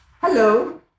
Hello